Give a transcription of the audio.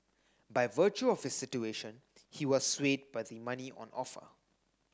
by virtue of his situation he was swayed by the money on offer